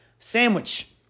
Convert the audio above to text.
sandwich